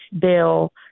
bill